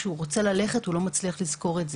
הוא לא מצליח לזכור את זה.